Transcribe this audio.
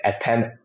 attend